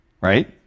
right